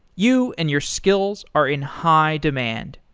you and your skills are in high demand.